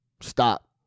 Stop